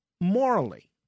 Morally